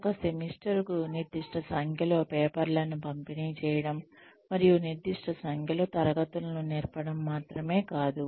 ఒక సెమిస్టర్కు నిర్దిష్ట సంఖ్యలో పేపర్లను పంపిణీ చేయడం మరియు నిర్దిష్ట సంఖ్యలో తరగతులను నేర్పడం మాత్రమే కాదు